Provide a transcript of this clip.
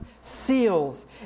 seals